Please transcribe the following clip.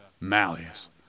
malleus